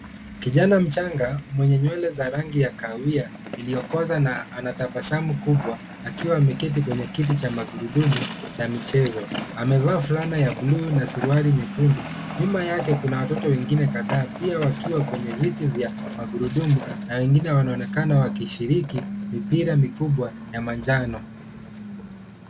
Kijana mchanga, mwenye nywele za rangi ya kahawia iliyokolea, anatabasamu kubwa akiwa ameketi kwenye kiti cha magurudumu cha michezo. Amevaa fulana ya buluu na suruali nyekundu. Nyuma yake, kuna watoto wengine kadhaa pia wakiwa kwenye viti vya magurudumu, na wengine wanaonekana wakishiriki mipira mikubwa ya manjano.